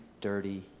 dirty